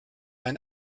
ein